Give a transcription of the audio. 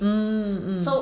mmhmm